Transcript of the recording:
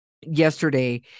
yesterday